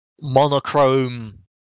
monochrome